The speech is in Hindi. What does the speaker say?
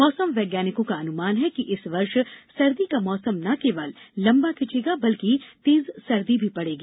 मौसम वैज्ञानिकों का अनुमान है कि इस वर्ष सर्दी का मौसम न केवल लम्बा खिंचेगा बल्कि तेज सर्दी भी पड़ेगी